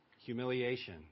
humiliation